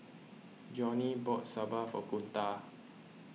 Johnny bought Sambar for Kunta